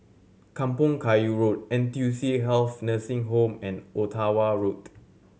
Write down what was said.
Kampong Kayu Road N T U C Health Nursing Home and Ottawa Road